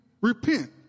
repent